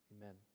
Amen